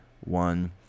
one